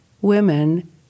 women